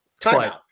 Timeout